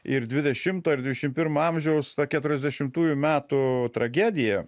ir dvidešimto ir dvidešim pirmo amžiaus keturiasdešimtųjų metų tragedija